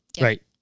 Right